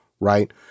Right